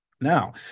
Now